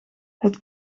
het